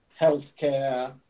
healthcare